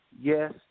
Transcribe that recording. yes